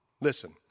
Listen